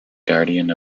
guardian